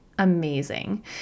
Amazing